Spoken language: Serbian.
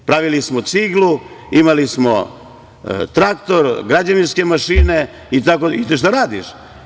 Pravili smo ciglu, imali smo traktor, građevinske mašine i ideš da radiš.